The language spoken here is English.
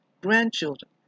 grandchildren